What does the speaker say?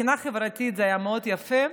מבחינה חברתית זה היה מאוד יפה.